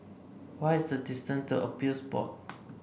what is the distant to Appeals Board